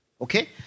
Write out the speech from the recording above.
Okay